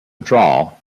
draw